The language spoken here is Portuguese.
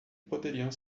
poderiam